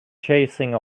chasing